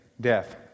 death